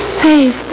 save